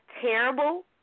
terrible